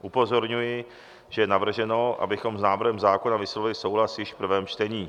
Upozorňuji, že je navrženo, abychom s návrhem zákona vyslovili souhlas již v prvém čtení.